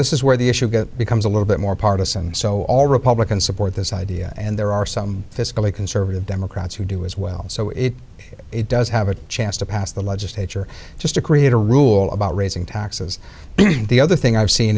this is where the issue becomes a little bit more partisan so all republicans support this idea and there are some fiscally conservative democrats who do as well so if it does have a chance to pass the legislature just to create a rule about raising taxes the other thing i've seen